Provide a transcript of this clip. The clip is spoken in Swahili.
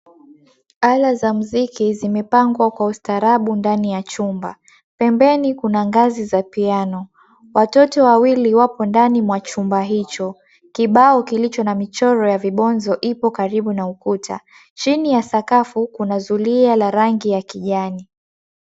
Ala za muziki zimepangwa kwa ustaarabu ndani ya chumba, pembeni kuna ngazi za piano . Watoto wawili wapo ndani mwa chumba hicho. Kibao kilicho na michoro ya vibonzo ipo karibu na ukuta. Chini ya sakafu kuna zulia la rangi ya kijani.